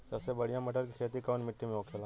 सबसे बढ़ियां मटर की खेती कवन मिट्टी में होखेला?